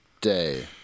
day